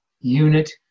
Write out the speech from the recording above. unit